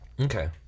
Okay